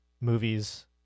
movies